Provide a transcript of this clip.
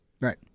Right